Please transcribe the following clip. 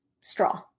straw